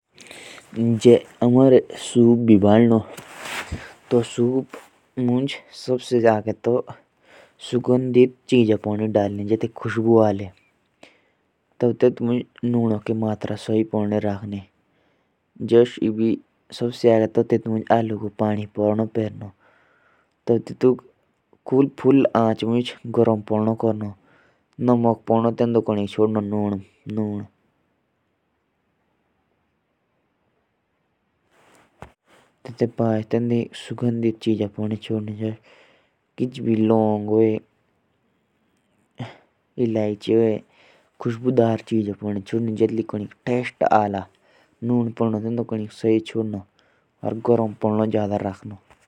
जुस हमरे शुप भी भाणो तो शुप मंज सबसे आगे तो सुगंधित चीजो पाणी डालनी जे तेत मंज खुशबु आली। तब तेतमंज नुनो की मात्रा सही पाणी रखनी तेतके बाद तेंदु सो चीज़ों पानी छोड़नी जैसे टेस्ट आला।